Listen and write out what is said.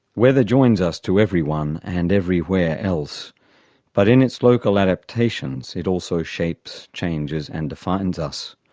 weather joins us to everyone and everywhere else but in its local adaptations it also shapes, changes and defines us.